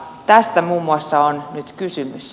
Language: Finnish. tästä muun muassa on nyt kysymys